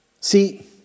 See